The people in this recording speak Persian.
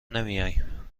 نمیایم